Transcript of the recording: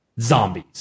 Zombies